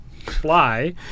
fly